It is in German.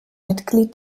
mitglied